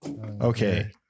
Okay